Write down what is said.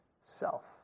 self